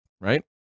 right